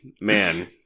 Man